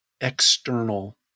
external